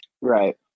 right